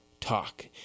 talk